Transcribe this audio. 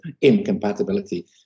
incompatibility